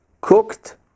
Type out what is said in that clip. cooked